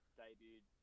debuted